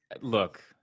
look